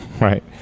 right